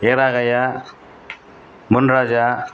Veeraraghavaiah Muniraja